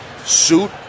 suit